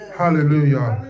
hallelujah